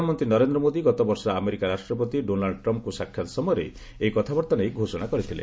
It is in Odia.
ପ୍ରଧାନମନ୍ତ୍ରୀ ନରେନ୍ଦ୍ର ମୋଦି ଗତ ବର୍ଷ ଆମେରିକା ରାଷ୍ଟ୍ରପତି ଡୋନାଲ୍ଡ ଟ୍ରମ୍ପ୍ଙ୍କୁ ସାକ୍ଷାତ ସମୟରେ ଏହି କଥାବାର୍ତ୍ତା ନେଇ ଘୋଷଣା କରିଥିଲେ